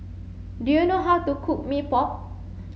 do you know how to cook Mee Pok